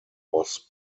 was